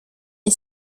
est